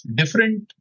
different